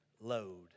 load